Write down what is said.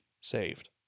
saved